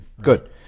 good